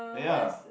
and ya